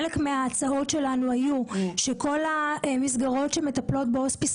חלק מההצעות שלנו היו שכל המסגרות שמטפלות בהוספיס